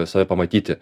save pamatyti